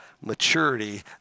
maturity